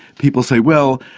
people say, well,